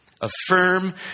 Affirm